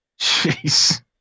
Jeez